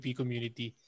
community